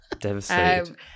Devastated